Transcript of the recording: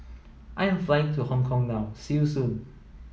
I am flying to Hong Kong now see you soon